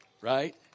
Right